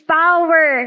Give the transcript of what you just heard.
power